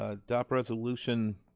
adopt resolution